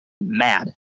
mad